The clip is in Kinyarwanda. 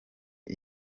ari